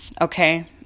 Okay